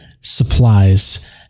supplies